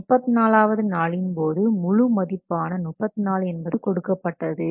34வது நாளின்போது முழு மதிப்பான 34 என்பது கொடுக்கப்பட்டது